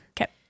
Okay